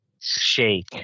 shake